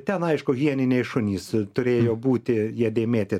ten aišku hieniniai šunys turėjo būti jie dėmėti